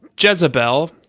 Jezebel